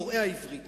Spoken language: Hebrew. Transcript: קוראי העברית,